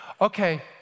Okay